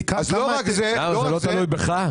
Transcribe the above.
אז, לא רק זה --- תגיד --- זה לא תלוי בך?